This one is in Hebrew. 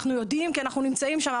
אנחנו יודעים, כי אנחנו נמצאים שם.